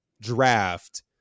draft